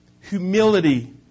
Humility